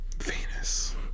venus